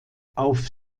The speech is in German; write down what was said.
auf